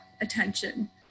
attention